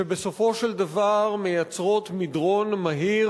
שבסופו של דבר מייצרות מדרון מהיר